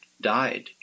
died